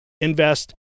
invest